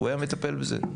הוא היה מטפל בזה.